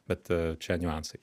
bet čia niuansai